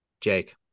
Jake